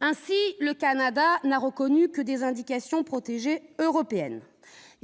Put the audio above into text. Ainsi, le Canada n'a reconnu que des indications protégées européennes.